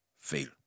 fail